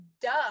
duh